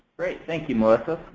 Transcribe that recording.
great. thank you melissa.